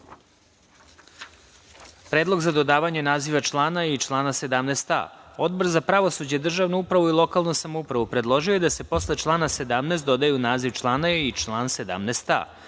za dodavanje naziva člana i člana 17a.Odbor za pravosuđe, državnu upravu i lokalnu samoupravu predložio je da se posle člana 17. dodaju naziv člana i član